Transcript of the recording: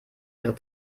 ihre